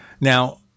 Now